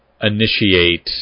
initiate